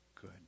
Good